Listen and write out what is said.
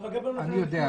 אני יודע.